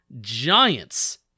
Giants